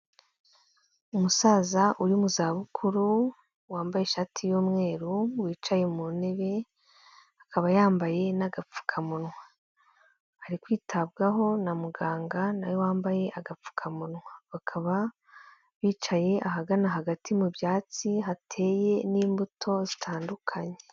Umusaza uri mu za bukuru, wambaye ishati y'umweru wicaye mu ntebe akaba yambaye n'agapfukamunwa, ari kwitabwaho na muganga nawe wambaye agapfukamunwa, bakaba bicaye ahagana hagati mu byatsi hateye n'imbuto zitandukanye.